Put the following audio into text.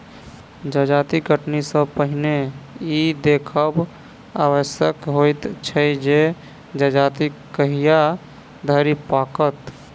जजाति कटनी सॅ पहिने ई देखब आवश्यक होइत छै जे जजाति कहिया धरि पाकत